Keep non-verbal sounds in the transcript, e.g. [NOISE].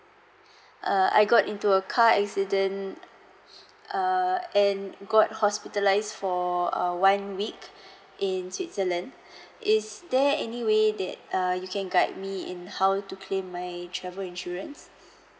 [BREATH] uh I got into a car accident [BREATH] err and got hospitalised for err one week [BREATH] in switzerland [BREATH] is there any way that uh you can guide me in how to claim my travel insurance